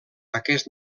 aquest